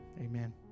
Amen